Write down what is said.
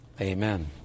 Amen